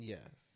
Yes